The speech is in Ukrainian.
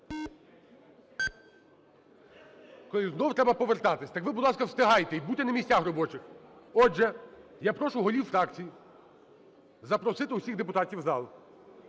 І знову треба повертатися! Так ви, будь ласка, встигайте і будьте на місцях робочих. Отже, я прошу голів фракцій запросити всіх депутатів у зал.